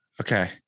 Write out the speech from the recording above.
okay